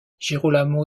girolamo